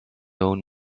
own